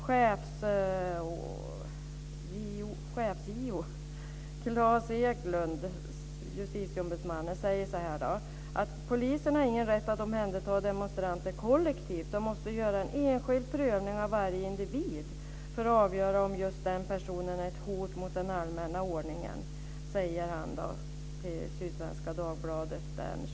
Chefs-JO Claes Eklundh säger i Sydsvenska Dagbladet den 24 april: Polisen har ingen rätt att omhänderta demonstranter kollektivt. Den måste göra en enskild prövning av varje individ för att avgöra om just den personen är ett hot mot den allmänna ordningen.